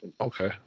Okay